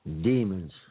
Demons